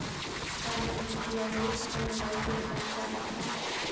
का मैं यू.पी.आई ले अपन मोबाइल के रिचार्ज कर सकथव?